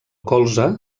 colze